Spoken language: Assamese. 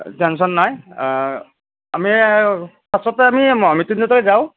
টেনশ্যন নাই আমি ফাৰ্ষ্টতে আমি মহা মৃত্যুঞ্জয়তে যাওঁ